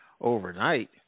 overnight